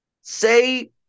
Say